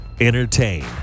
Entertain